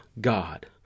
God